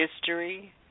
history